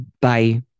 Bye